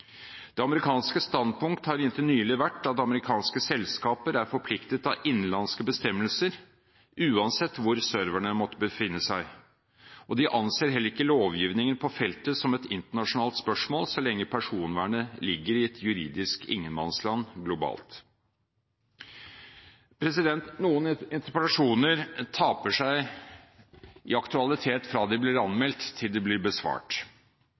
Det amerikanske standpunkt har inntil nylig vært at amerikanske selskaper er forpliktet av innenlandske bestemmelser uansett hvor serverne måtte befinne seg, og de anser heller ikke lovgivningen på feltet som et internasjonalt spørsmål så lenge personvernet ligger i et juridisk ingenmannsland globalt. Noen interpellasjoner taper seg i aktualitet fra de blir anmeldt, til de blir besvart.